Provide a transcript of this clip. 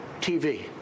TV